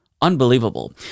Unbelievable